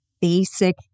basic